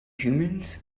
humans